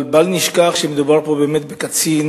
אבל בל נשכח שמדובר פה באמת בקצין